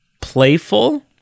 playful